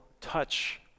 touch